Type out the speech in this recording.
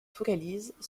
focalise